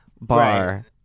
bar